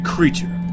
Creature